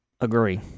Agree